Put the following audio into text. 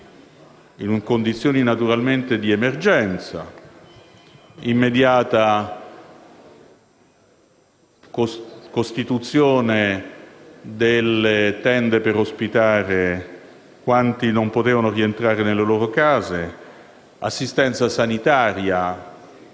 in condizioni naturalmente di emergenza; l'immediata costituzione delle tende per ospitare quanti non potevano rientrare nelle loro case, l'assistenza sanitaria.